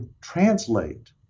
translate